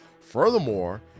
Furthermore